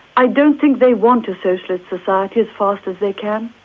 i don't think they want a socialist society as fast as they can,